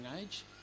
age